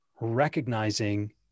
recognizing